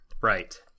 Right